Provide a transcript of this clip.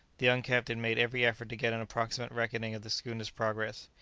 the young captain made every effort to get an approximate reckoning of the schooner's progress.